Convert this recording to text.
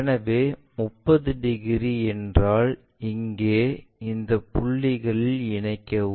எனவே 30 டிகிரி என்றால் இங்கே இந்த புள்ளிகளில் இணைக்கவும்